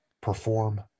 perform